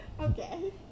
Okay